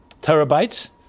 terabytes